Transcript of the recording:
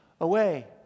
away